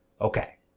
Okay